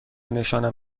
نشانم